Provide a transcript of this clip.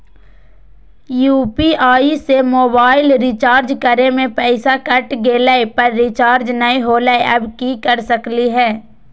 UPI से mobile recharge करे में पैसा कट गेलई, पर रिचार्ज नई होलई, अब की कर सकली हई?